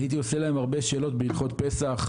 הייתי עושה להם הרבה שאלות בהלכות פסח,